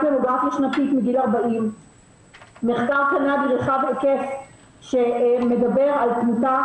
ממוגרפיה שנתית מגיל 40. מחקר קנדי רחב היקף שמדבר על תמותה